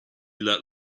let